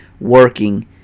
working